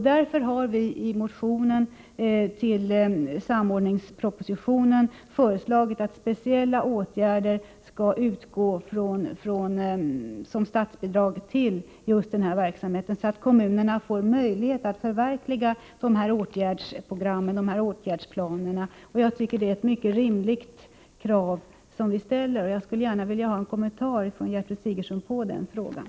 Därför har vi i motionen till samordningspropositionen föreslagit att medel för speciella åtgärder skall utgå som statsbidrag till just denna verksamhet, så att kommunerna får möjlighet att förverkliga de här åtgärdsprogrammen och planerna. Jag tycker det är ett mycket rimligt krav vi ställer, och jag skulle gärna vilja ha en kommentar från Gertrud Sigurdsen när det gäller den frågan.